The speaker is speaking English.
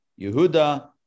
Yehuda